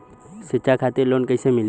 शिक्षा खातिर लोन कैसे मिली?